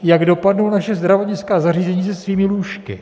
Jak dopadnou naše zdravotnická zařízení se svými lůžky.